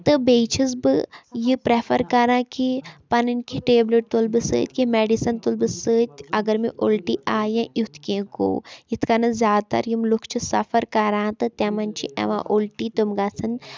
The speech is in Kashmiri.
تہٕ بیٚیہِ چھٮ۪س بہٕ یہِ پرٛفَر کَران کہِ پَنٕنۍ کینٛہہ ٹیبلِٹ تُلہٕ بہٕ سۭتۍ کینٛہہ میٚڈِسَن تُلہٕ بہٕ سۭتۍ اگر مےٚ اُلٹی آیہِ یا یِتھ کینٛہہ گوٚو یِتھ کٔنَس زیادٕ تَر یِم لُکھ چھِ سفر کَران تہٕ تِمَن چھِ یِوان اُلٹی تِم گژھن